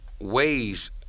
ways